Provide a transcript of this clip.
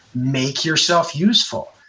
make yourself useful.